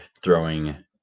throwing